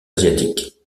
asiatique